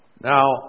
Now